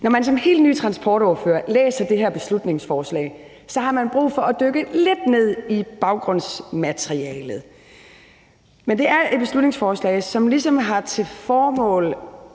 Når man som helt ny transportordfører læser det her beslutningsforslag, har man brug for at dykke lidt ned i baggrundsmaterialet. Det er et beslutningsforslag, som ligesom har til formål,